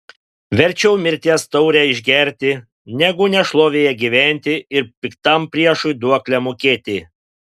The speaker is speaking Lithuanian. verčiau mirties taurę išgerti negu nešlovėje gyventi ir piktam priešui duoklę mokėti